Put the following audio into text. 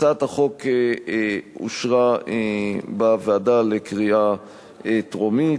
הצעת החוק אושרה בוועדה לקריאה טרומית,